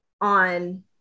on